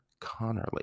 Connerly